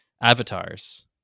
avatars